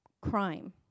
crime